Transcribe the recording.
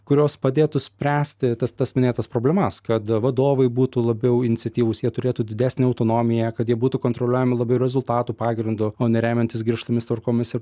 kurios padėtų spręsti tas tas minėtas problemas kad vadovai būtų labiau iniciatyvūs jie turėtų didesnę autonomiją kad jie būtų kontroliuojami labiau rezultatų pagrindu o ne remiantis griežtomis tvarkomis ir